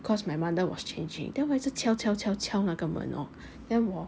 cause my mother was changing then 我一直敲敲敲敲那个门 lor then 我